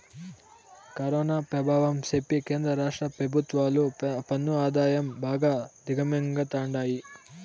corona పెభావం సెప్పి కేంద్ర రాష్ట్ర పెభుత్వాలు పన్ను ఆదాయం బాగా దిగమింగతండాయి